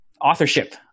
authorship